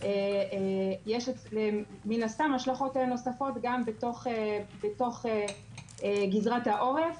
יש מן הסתם השלכות נוספות גם בתוך גזרת העורף.